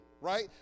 right